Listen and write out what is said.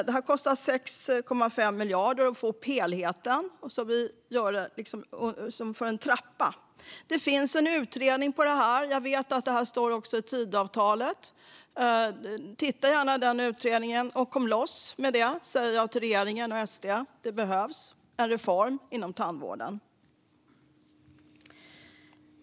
Det kostar 6,5 miljarder att få ihop helheten, så att vi får en trappa. Det finns en utredning om detta, och jag vet att det här också står i Tidöavtalet. Titta gärna i den utredningen och kom loss med detta, säger jag till regeringen och SD. Det behövs en reform inom tandvården.